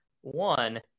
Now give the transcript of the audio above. One